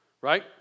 Right